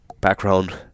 background